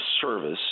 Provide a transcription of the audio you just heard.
service